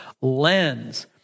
lens